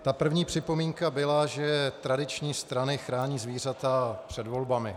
Ta první připomínka byla, že tradiční strany chrání zvířata před volbami.